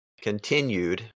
continued